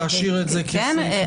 להשאיר את זה כסעיף נפרד.